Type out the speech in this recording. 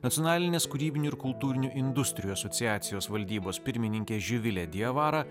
nacionalinės kūrybinių ir kultūrinių industrijų asociacijos valdybos pirmininkė živilė diavara